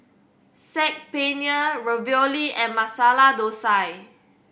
Saag Paneer Ravioli and Masala Dosa